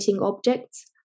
objects